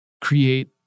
create